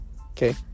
Okay